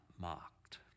mocked